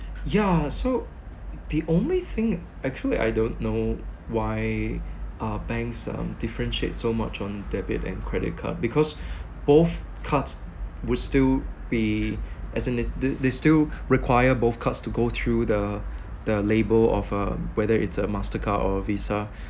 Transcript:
ya so the only thing actually I don't know why are banks um differentiate so much on debit and credit card because both cards would still be as an they they still require both cards to go through the the label of a whether it's a mastercard or a visa